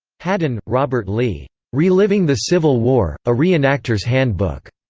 hadden, robert lee. reliving the civil war a reenactor's handbook.